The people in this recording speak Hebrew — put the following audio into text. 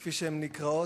כפי שהן נקראות.